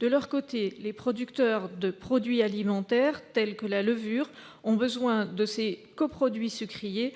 De leur côté, les producteurs de produits alimentaires, tels que la levure, ont besoin de ces coproduits sucriers.